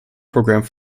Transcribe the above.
programme